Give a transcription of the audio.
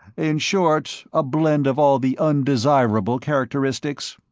in short a blend of all the undesirable characteristics?